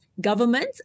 government